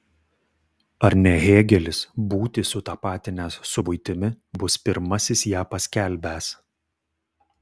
ar ne hėgelis būtį sutapatinęs su buitimi bus pirmasis ją paskelbęs